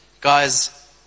guys